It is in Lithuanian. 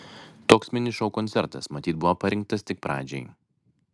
toks mini šou koncertas matyt buvo parinktas tik pradžiai